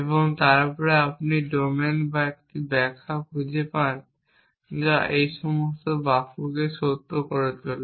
এবং তারপরে আপনি ডোমেন এবং একটি ব্যাখ্যা খুঁজে পান যা এই সমস্ত বাক্যকে সত্য করে তোলে